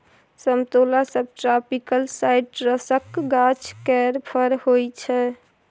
समतोला सबट्रापिकल साइट्रसक गाछ केर फर होइ छै